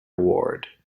award